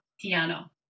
piano